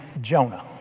Jonah